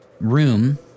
room